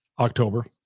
October